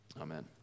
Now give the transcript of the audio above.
Amen